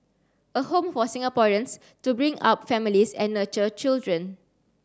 a home for Singaporeans to bring up families and nurture children